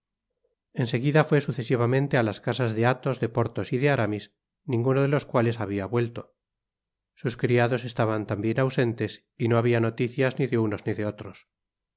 seguida fué sucesivamente á las casas de athos de porthos y de aramis ninguno de los cuales habia vuelto sus criados estaban tambien ausentes y no habia noticias ni de unos ni de otros